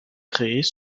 créés